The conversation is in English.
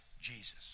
Jesus